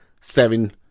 seven